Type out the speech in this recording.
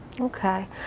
Okay